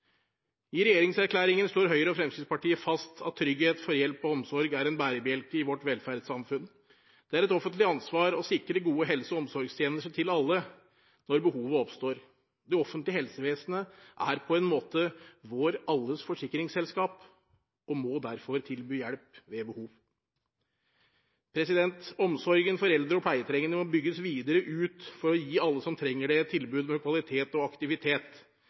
I regjeringserklæringen slår Høyre og Fremskrittspartiet fast at trygghet for hjelp og omsorg er en bærebjelke i vårt velferdssamfunn. Det er et offentlig ansvar å sikre gode helse- og omsorgstjenester til alle når behovet oppstår. Det offentlige helsevesenet er på en måte alles forsikringsselskap, og må derfor tilby hjelp ved behov. Omsorgen for eldre og pleietrengende må bygges videre ut for å gi alle som trenger det, et tilbud med kvalitet og aktivitet.